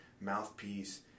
mouthpiece